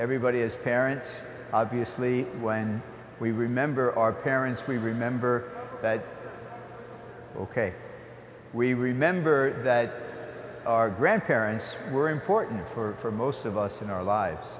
everybody as parents obviously when we remember our parents we remember that ok we remember that our grandparents were important for most of us in our lives